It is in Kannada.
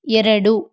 ಎರಡು